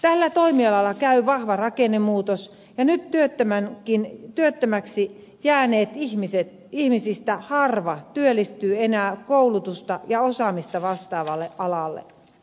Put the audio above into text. tällä toimialalla käy vahva rakennemuutos ja nyt työttömäksi jääneistä ihmisistä harva työllistyy enää koulutusta ja osaamista vastaavalle alalle